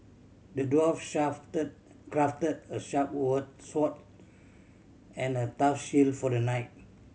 the dwarf crafted a sharp word sword and a tough shield for the knight